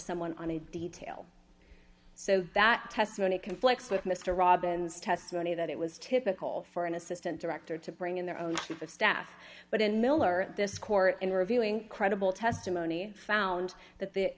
someone on a detail so that testimony conflicts with mr robin's testimony that it was typical for an assistant director to bring in their own chief of staff but in miller at this court in reviewing credible testimony found that the